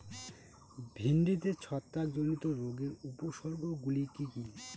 ভিন্ডিতে ছত্রাক জনিত রোগের উপসর্গ গুলি কি কী?